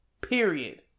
Period